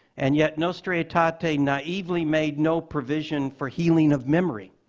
and yet, nostra aetate naively made no provision for healing of memory.